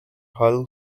hull